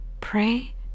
Pray